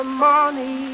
money